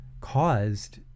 caused